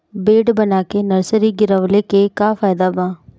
Bed बना के nursery गिरवले के का फायदा बा?